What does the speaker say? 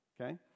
Okay